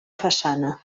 façana